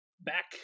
back